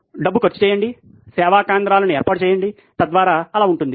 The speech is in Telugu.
డబ్బు ఖర్చు చేయండి సేవా కేంద్రాలను ఏర్పాటు చేయండి తద్వారా అలా ఉంటుంది